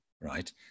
right